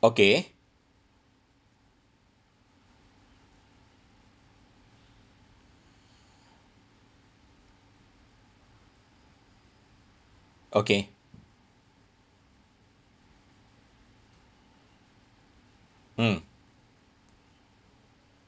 okay okay mm